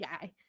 guy